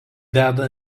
deda